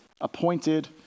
appointed